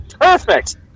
Perfect